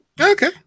Okay